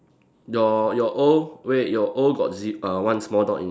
your your O wait your O got ze~ err one small dot in it